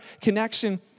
connection